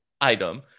item